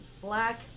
black